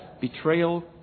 betrayal